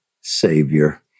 Savior